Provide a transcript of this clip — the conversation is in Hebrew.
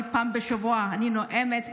פעם בשבוע אני נואמת,